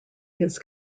his